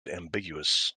ambiguous